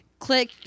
Click